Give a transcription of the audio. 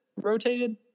rotated